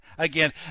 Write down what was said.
again